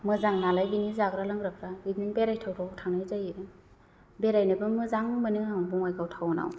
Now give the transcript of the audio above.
मोजां नालाय बिनि जाग्रा लोंग्राफ्रा बिदिनो बेरायथाव थाव थांनाय जायो बेरायनोबो मोजां मोनो आं बङाइगाव टाउनाव